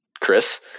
Chris